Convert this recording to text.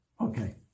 okay